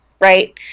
right